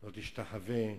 לא תשתחווה,